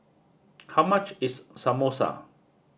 how much is Samosa